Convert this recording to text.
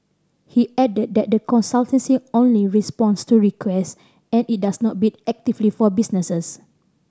he added that the consultancy only responds to requests and it does not bid actively for businesses